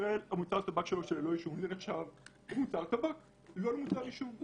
בישראל המוצר שלו נחשב כמוצר טבק ולא כמוצר עישון.